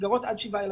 מסגרות עד שבעה ילדים.